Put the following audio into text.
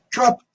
Trump